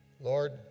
Lord